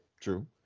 True